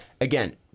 again